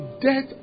death